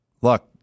Look